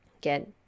get